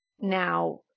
now